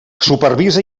supervisa